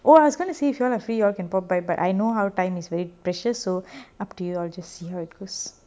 oh I was gonna say if you all are free you all can pop by but I know how time is very precious so up to you all just see how it goes